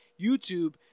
YouTube